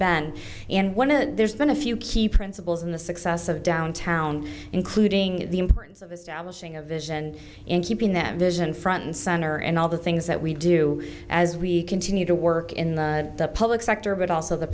been and one of the there's been a few key principles in the success of downtown including the importance of establishing a vision in keeping that vision front and center and all the things that we do as we continue to work in the public sector but also the